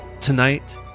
Tonight